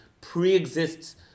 pre-exists